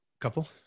couple